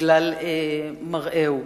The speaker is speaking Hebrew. בגלל מראהו.